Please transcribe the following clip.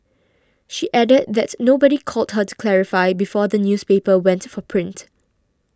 she added that nobody called her to clarify before the newspaper went for print